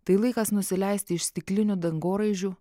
tai laikas nusileisti iš stiklinių dangoraižių